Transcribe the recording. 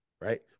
right